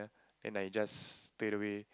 then I just stayed away